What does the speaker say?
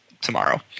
tomorrow